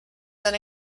that